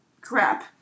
crap